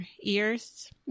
ears